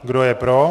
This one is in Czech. Kdo je pro?